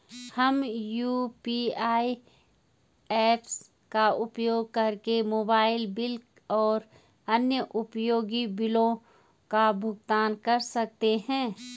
हम UPI apps का उपयोग करके मोबाइल बिल और अन्य उपयोगी बिलों का भुगतान कर सकते हैं